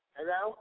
Hello